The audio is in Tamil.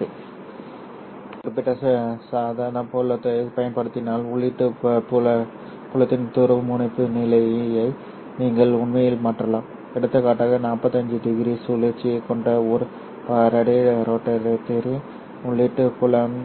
நீங்கள் ஒரு குறிப்பிட்ட காந்தப்புலத்தைப் பயன்படுத்தினால் உள்ளீட்டு புலத்தின் துருவமுனைப்பு நிலையை நீங்கள் உண்மையில் மாற்றலாம் எடுத்துக்காட்டாக 45 டிகிரி சுழற்சியைக் கொண்ட ஒரு ஃபாரடே ரோட்டேட்டரின் உள்ளீட்டு புலம்